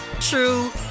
true